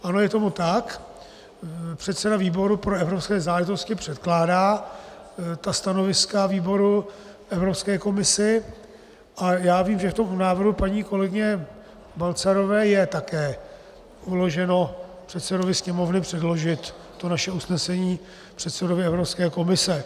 Ono jeomu tak, předseda výboru pro evropské záležitosti předkládá ta stanoviska výboru Evropské komisi a já vím, že v tom návrhu paní kolegyně Balcarové je také uloženo předsedovi Sněmovny předložit to naše usnesení předsedovi Evropské komise.